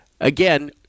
again